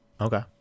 Okay